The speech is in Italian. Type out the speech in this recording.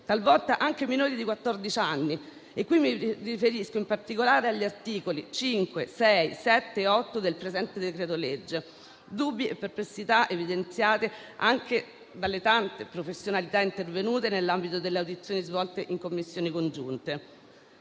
talvolta anche ai minori di quattordici anni. Mi riferisco, in particolare, agli articoli 5, 6, 7 e 8 del presente decreto-legge. Dubbi e perplessità evidenziati anche dalle tante professionalità intervenute nell'ambito delle audizioni svolte in Commissioni congiunte.